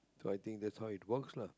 so I think that's how it works lah